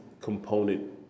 component